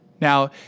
Now